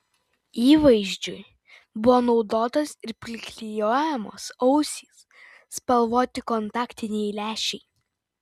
įvaizdžiui buvo naudotos ir priklijuojamos ausys spalvoti kontaktiniai lęšiai